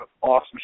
awesome